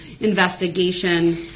investigation